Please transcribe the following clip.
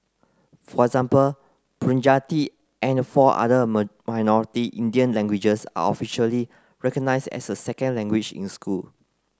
for example Punjabi and four other minority Indian languages are officially recognised as a second language in school